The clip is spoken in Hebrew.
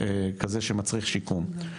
כזה שמצריך שיקום.